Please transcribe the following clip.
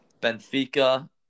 Benfica